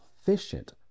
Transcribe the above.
efficient